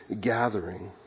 gathering